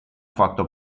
fatto